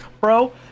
bro